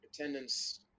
attendance